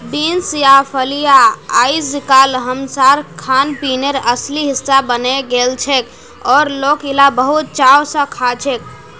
beans या फलियां अइजकाल हमसार खानपीनेर असली हिस्सा बने गेलछेक और लोक इला बहुत चाव स खाछेक